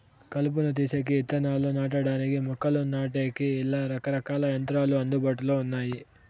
కలుపును తీసేకి, ఇత్తనాలు నాటడానికి, మొక్కలు నాటేకి, ఇలా రకరకాల యంత్రాలు అందుబాటులో ఉన్నాయి